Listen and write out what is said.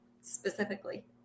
specifically